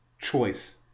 choice